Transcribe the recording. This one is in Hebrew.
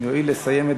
שלוש